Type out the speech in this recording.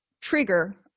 trigger